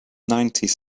nineties